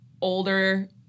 older